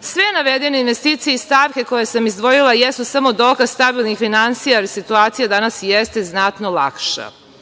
Sve navedene investicije i stavke koje sam izdvojila jesu samo dokaz stabilnih finansija, jer situacija danas jeste znatno lakša.